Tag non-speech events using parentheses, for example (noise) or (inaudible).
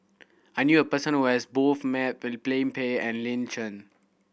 I knew a person who has both met (unintelligible) Pan and Lin Chen